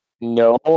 No